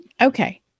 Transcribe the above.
Okay